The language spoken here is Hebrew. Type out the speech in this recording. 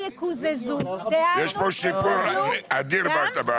בדבר הזה יש כאן שיפור אדיר.